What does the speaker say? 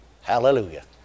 Hallelujah